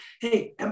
hey